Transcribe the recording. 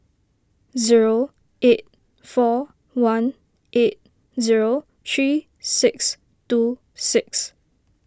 zero eight four one eight zero three six two six